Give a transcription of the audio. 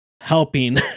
helping